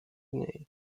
niej